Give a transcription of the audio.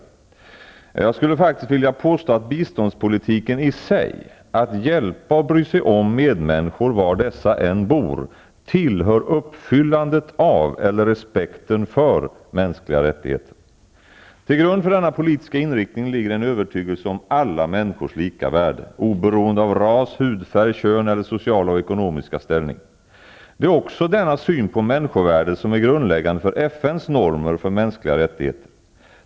Ja, jag skulle faktiskt vilja påstå att biståndspolitiken i sig -- att hjälpa och bry sig om medmänniskor var dessa än bor -- tillhör uppfyllandet av eller respekten för mänskliga rättigheter. Till grund för denna politiska inriktning ligger en övertygelse om alla människors lika värde oberoende av ras, hudfärg, kön eller social och ekonomisk ställning. Det är också denna syn på människovärdet som är grundläggande för FN:s normer för mänskliga rättigheter.